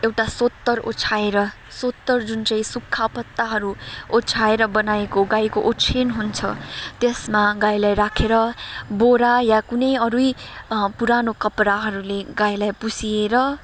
एउटा सोतर ओछ्याएर सोतर जुन चाहिँ सुक्खा पत्ताहरू ओछ्याएर बनाएको गाईको ओछ्यान हुन्छ त्यसमा गाईलाई राखेर बोरा या कुनै अरू नै पुरानो कपडाहरूले गाईलाई पुछिएर